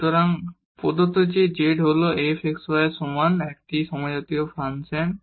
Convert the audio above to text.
সুতরাং প্রদত্ত যে z হল f x y এর সমান একটি সমজাতীয় ফাংশন